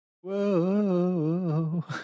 Whoa